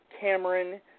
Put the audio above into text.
Cameron